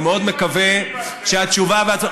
אני מאוד מקווה שהתשובה וההצבעה,